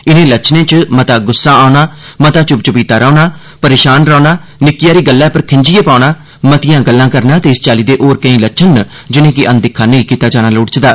इनें लच्छनें च मता गुस्सा औना मता चुप चवीता रौह्ना परेशान रोहना निक्की आरी गल्लै पर खिज्जिए पौना मतियां गल्लां करना ते इस चाल्ली दे होर केई लच्छन न जिनेंगी अनदिक्खा नेई कीता जाना लोड़चदा